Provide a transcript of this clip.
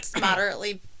moderately